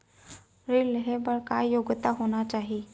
ऋण लेहे बर का योग्यता होना चाही?